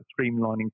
streamlining